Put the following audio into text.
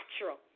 natural